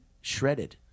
shredded